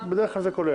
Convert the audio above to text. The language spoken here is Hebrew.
כן, בדרך כלל זה כולל.